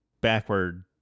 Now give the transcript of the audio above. backward